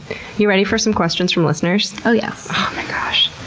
you ready for some questions from listeners? oh, yes. oh my gosh.